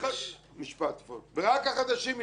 ורק החדשים ישלמו.